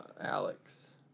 Alex